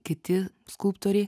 kiti skulptoriai